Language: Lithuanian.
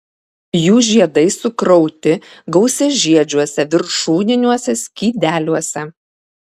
jų žiedai sukrauti gausiažiedžiuose viršūniniuose skydeliuose